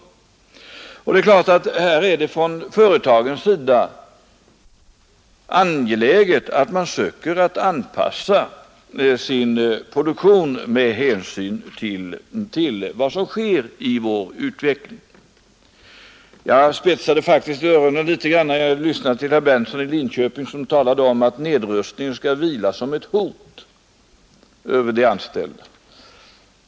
Det är klart att det är angeläget att företagen söker anpassa sin produktion med hänsyn till den utveckling som sker. Jag spetsade faktiskt öronen, när herr Berndtson i Linköping sade att nedrustningen vilar som ett hot över de anställda.